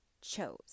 chose